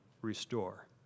restore